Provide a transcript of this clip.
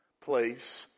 place